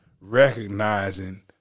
recognizing